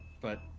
But-